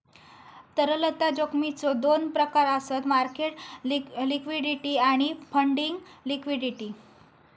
तरलता जोखमीचो दोन प्रकार आसत मार्केट लिक्विडिटी आणि फंडिंग लिक्विडिटी